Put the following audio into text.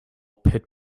pit